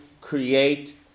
create